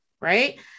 Right